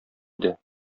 иде